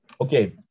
Okay